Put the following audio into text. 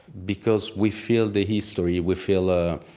because we feel the history. we feel, ah,